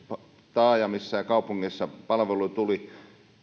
taajamissa ja kaupungeissa palveluja tuli